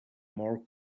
more